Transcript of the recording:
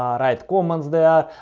um write comments there,